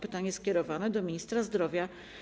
Pytanie jest skierowane do ministra zdrowia.